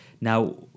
Now